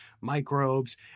microbes